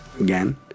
again